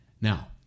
now